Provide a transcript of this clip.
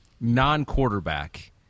non-quarterback